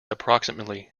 approximately